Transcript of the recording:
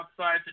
outside